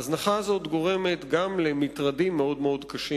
ההזנחה הזאת גורמת גם למטרדים מאוד קשים